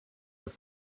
are